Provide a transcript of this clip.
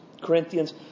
Corinthians